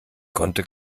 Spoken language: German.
konnte